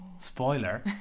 Spoiler